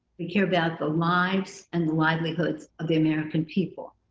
we care about the lives and livelihood of the american people.